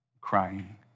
crying